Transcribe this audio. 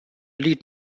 lead